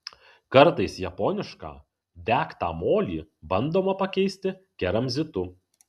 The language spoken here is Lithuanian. kartais japonišką degtą molį bandoma pakeisti keramzitu